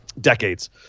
Decades